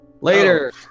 Later